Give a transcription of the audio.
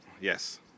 yes